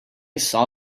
saw